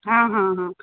हां हां हां